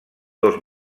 dos